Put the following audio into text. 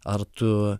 ar tu